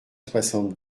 soixante